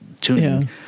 tuning